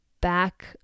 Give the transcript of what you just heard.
back